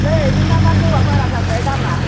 नै नोंना मानो जौआ बारा जाखोहाय दामआ